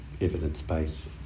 evidence-based